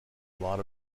lot